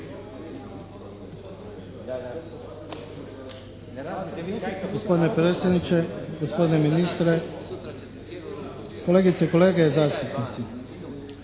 Gospodine predsjedniče, gospodine ministre, kolegice i kolege zastupnici!